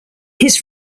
his